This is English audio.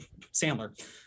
Sandler